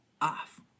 off